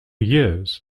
years